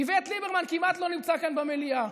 איווט ליברמן כמעט לא נמצא כאן במליאה.